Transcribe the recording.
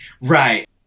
Right